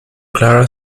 clara